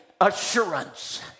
assurance